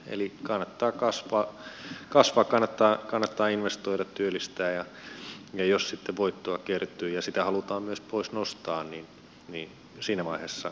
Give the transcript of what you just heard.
eli kannattaa kasvaa kannattaa investoida työllistää ja jos sitten voittoa kertyy ja sitä halutaan myös pois nostaa niin siinä vaiheessa isketään se vero päälle